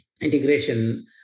integration